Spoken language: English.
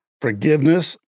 forgiveness